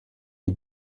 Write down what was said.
est